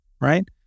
right